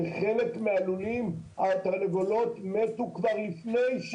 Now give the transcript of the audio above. בחלק מהלולים התרנגולות מתו כבר לפני,